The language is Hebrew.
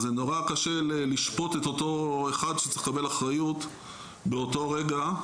אז זה נורא קשה לשפוט את אותו אחד שצריך לקבל אחריות באותו רגע,